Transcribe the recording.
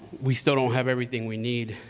we still don't have everything we need,